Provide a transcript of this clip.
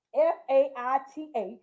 F-A-I-T-H